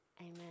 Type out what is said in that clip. Amen